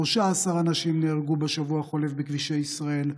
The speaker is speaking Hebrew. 13 אנשים נהרגו בשבוע החולף בכבישי ישראל,